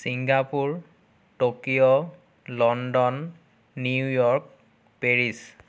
Singapore Tokyo London New York Paris